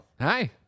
Hi